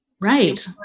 Right